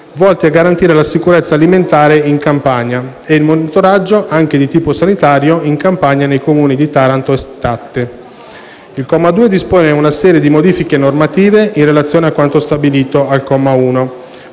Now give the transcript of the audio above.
volti a garantire la sicurezza alimentare in Campania e il monitoraggio, anche di tipo sanitario, in Campania e nei comuni di Taranto e Statte. Il comma 2 dispone una serie di modifiche normative, in relazione a quanto stabilito al comma 1,